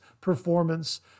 performance